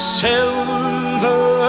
silver